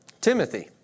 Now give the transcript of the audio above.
Timothy